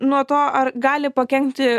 nuo to ar gali pakenkti